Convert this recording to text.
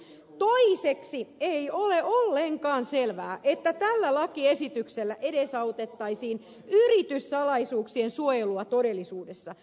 toiseksi ei ole ollenkaan selvää että tällä lakiesityksellä edesautettaisiin yrityssalaisuuksien suojelua todellisuudessa